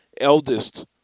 eldest